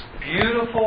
beautiful